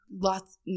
lots